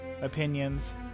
opinions